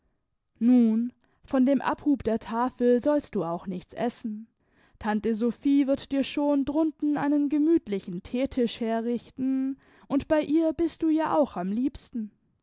nun von dem abhub der tafel sollst du auch nichts essen tante sophie wird dir schon drunten einen gemütlichen theetisch herrichten und bei ihr bist du ja auch am liebsten